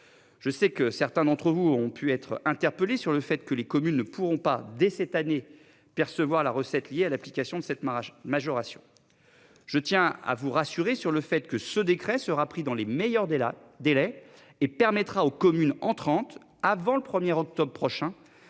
Je sais que certains d'entre vous ont pu être interpellés sur le fait que les communes ne pourront pas dès cette année percevoir la recette liée à l'application de cette Marache majoration. Je tiens à vous rassurer sur le fait que ce décret sera pris dans les meilleurs délais délai et permettra aux communes entrantes, avant le premier octobre prochain